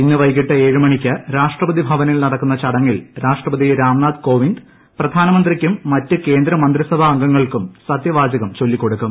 ഇന്ന് വൈകിട്ട് ഏഴുമണിക്ക് രാഷ്ട്രപതി ഭവനിൽ നടക്കുന്ന ചടങ്ങിൽ രാഷ്ട്രപതി രാംനാഥ് കോവിന്ദ് പ്രധാനമന്ത്രിയ്ക്കും മറ്റ് കേന്ദ്ര മന്ത്രിസഭാ അംഗങ്ങൾക്കും സത്യവാചകം ചൊല്ലിക്കൊടുക്കും